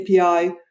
API